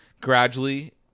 gradually